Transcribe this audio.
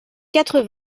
quatre